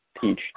teach